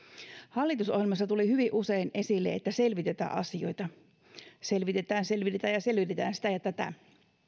hallitusohjelmassa tuli hyvin usein esille että selvitetään asioita selvitetään selvitetään ja selvitetään sitä ja tätä